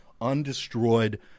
undestroyed